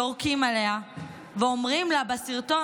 יורקים עליה ואומרים לה בסרטון,